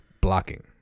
blocking